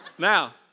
Now